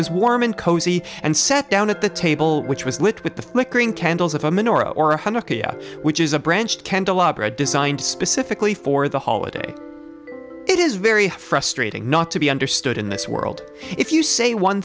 was warm and cozy and set down at the table which was lit with the flickering candles of a menorah or a hundred which is a branched candelabra designed specifically for the holiday it is very frustrating not to be understood in this world if you say one